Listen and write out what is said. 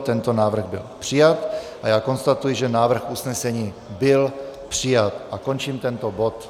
Tento návrh byl přijat a já konstatuji, že návrh usnesení byl přijat, a končím tento bod.